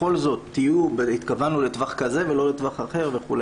בכל זאת התכוונו לטווח כזה ולא לטווח אחר וכו',